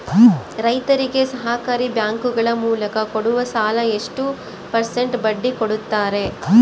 ರೈತರಿಗೆ ಸಹಕಾರಿ ಬ್ಯಾಂಕುಗಳ ಮೂಲಕ ಕೊಡುವ ಸಾಲ ಎಷ್ಟು ಪರ್ಸೆಂಟ್ ಬಡ್ಡಿ ಕೊಡುತ್ತಾರೆ?